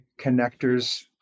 connectors